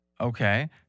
Okay